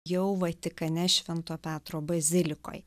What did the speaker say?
jau vatikane švento petro bazilikoj